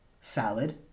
salad